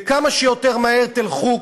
וכמה שיותר מהר תלכו,